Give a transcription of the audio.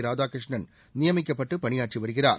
ராதாகிருஷ்ணன் நியமிக்கப்பட்டு பணியாற்றி வருகிறார்